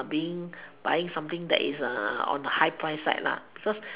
being buying something that is on the high price side lah because